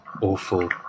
awful